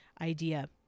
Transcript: idea